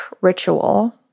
Ritual